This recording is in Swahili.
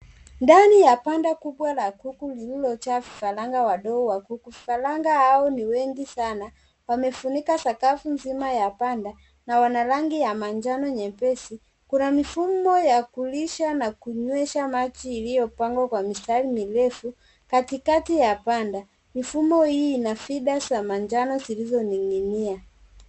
Ndani ya banda kubwa la kuku lililojaa vifaranga wadogo wa kuku. Vifaranga hao ni wengi sana. Wamefunika sakafu nzima y banda na wana rangi ya manjano nyepesi. Kuna mifumo ya kulisha na kunywesha maji iliyopangwa kwa mistari mirefu. Katikati ya banda mifumo hii ina feeder za manjano zilizoning'inia.